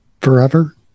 forever